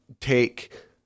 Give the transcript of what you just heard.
take